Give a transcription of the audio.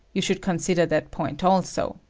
you should consider that point also.